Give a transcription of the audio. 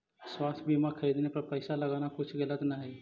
स्वास्थ्य बीमा खरीदने पर पैसा लगाना कुछ गलत न हई